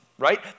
right